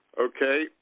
Okay